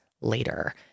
later